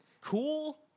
cool